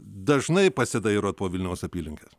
dažnai pasidairot po vilniaus apylinkes